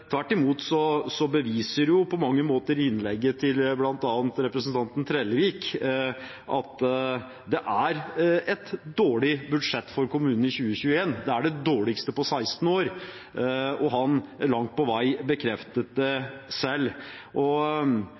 beviser på mange måter innlegget til bl.a. representanten Trellevik at det er et dårlig budsjett for kommunene i 2021. Det er det dårligste på 16 år, og han bekreftet det langt på vei selv.